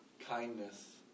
kindness